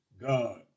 God